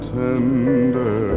tender